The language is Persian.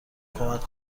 کمک